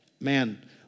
man